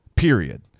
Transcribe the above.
Period